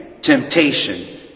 temptation